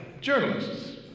journalists